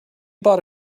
bought